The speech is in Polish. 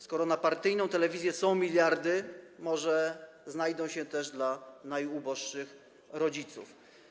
Skoro na partyjną telewizję są miliardy, może znajdą się też dla najuboższych rodziców.